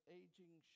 aging